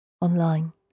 online